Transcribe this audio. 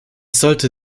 sollte